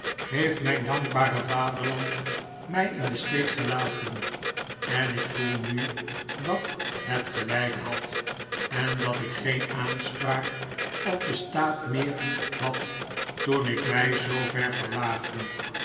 heeft mijn dankbare vaderland mij in den steek gelaten en ik voel nu dat het gelijk had en dat ik geen aanspraak op den staat meer had toen ik mij zoover verlaagde